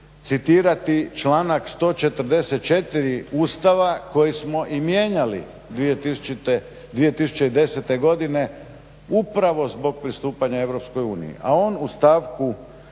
citirati članak 144. Ustava koji smo i mijenjali 2010.godine upravo zbog pristupanja EU. A on u stavku